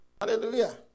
hallelujah